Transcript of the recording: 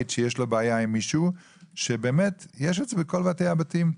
שיש לו בעיה עם מישהו שיש את זה בכל ועדי הבתים.